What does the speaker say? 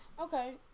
Okay